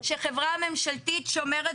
לא יכול להיות שחברה ממשלתית שומרת